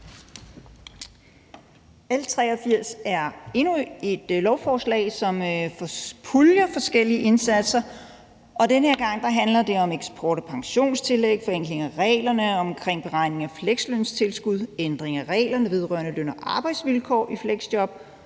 L 83 er endnu et lovforslag, som puljer forskellige indsatser, og den her gang handler det om eksport af pensionstillæg, forenkling af reglerne om beregning af fleksløntilskud, ændring af reglerne vedrørende løn- og arbejdsvilkår i fleksjob